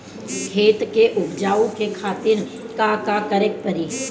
खेत के उपजाऊ के खातीर का का करेके परी?